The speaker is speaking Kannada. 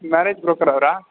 ಮ್ಯಾರೇಜ್ ಬ್ರೋಕರ್ ಅವರಾ